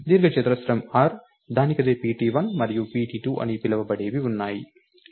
దీర్ఘచతురస్రం r దానికదే pt1 మరియు pt2 అని పిలవబడేవి ఉన్నాయి